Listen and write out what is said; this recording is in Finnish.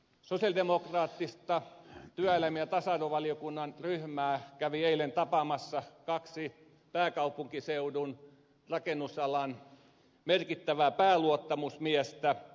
sosialidemokraattista työelämä ja tasa arvovaliokunnan ryhmää kävi eilen tapaamassa kaksi pääkaupunkiseudun rakennusalan merkittävää pääluottamusmiestä